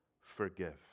forgive